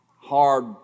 Hard